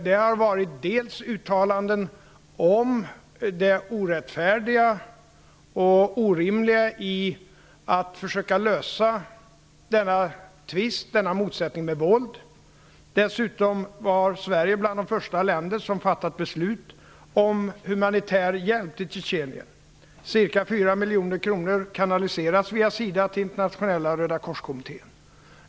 Det har varit uttalanden om det orättfärdiga och orimliga i att försöka lösa denna tvist, denna motsättning, med våld. Dessutom var Sverige bland de första länder som fattade beslut om humanitär hjälp till Tjetjenien. Ca 4 miljoner kronor kanaliseras via SIDA till Internationella Rödakorskommittén.